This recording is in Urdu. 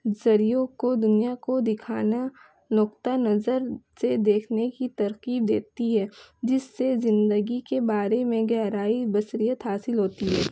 ذریعوں کو دنیا کو دکھانا نقطہ نظر سے دیکھنے کی ترغیب دیتی ہے جس سے زندگی کے بارے میں گہرائی بصیرت حاصل ہوتی ہے